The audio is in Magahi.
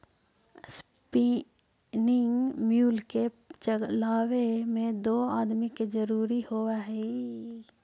स्पीनिंग म्यूल के चलावे में दो आदमी के जरुरी होवऽ हई